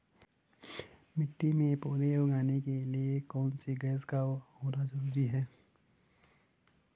मिट्टी में पौधे उगाने के लिए कौन सी गैस का होना जरूरी है?